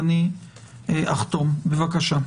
בבקשה.